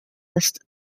ist